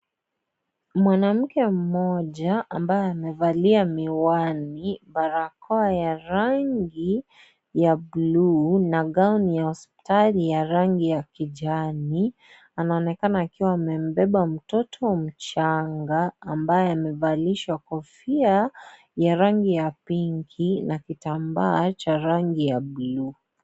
Mwanamke mmoja ambaye amevalia miwani, barakoa ya rangi ya bluu na (CS)gown(CS)ya hospitali ya rangi ya kijani. Anaonekana akiwa amembeba mtoto mchanga ambaye amevalishwa kofia ya ranki ya pinki na kitambaa cha rangi ya buluu.